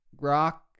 rock